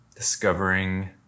discovering